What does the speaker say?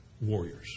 warriors